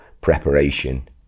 preparation